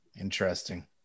interesting